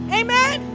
amen